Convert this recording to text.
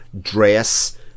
dress